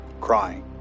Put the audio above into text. Crying